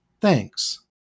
Thanks